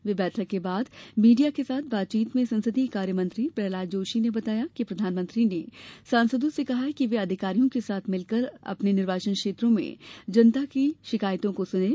वे बैठक के बाद मीडिया के साथ बातचीत में संसदीय कार्य मंत्री प्रहलाद जोशी ने बताया कि प्रधानमंत्री ने सांसदों से कहा कि वे अधिकारियों के साथ मिलकर अपने निर्वाचन क्षेत्रों में जनता की शिकायतों को सुनें